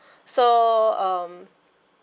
so um